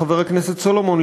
חבר הכנסת סולומון,